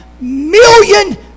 million